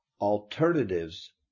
alternatives